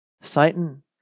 Satan